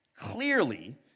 clearly